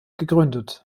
gegründet